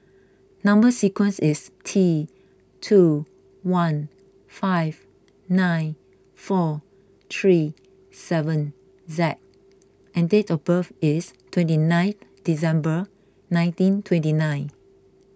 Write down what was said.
Number Sequence is T two one five nine four three seven Z and date of birth is twenty nine December nineteen twenty nine